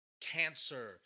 cancer